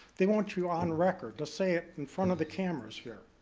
they want you on record, to say it in front of the cameras here.